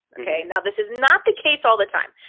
okay, now, this is not the case all the time.